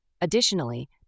Additionally